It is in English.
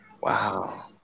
Wow